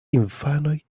infanoj